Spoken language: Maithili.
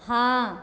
हाँ